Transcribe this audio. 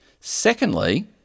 Secondly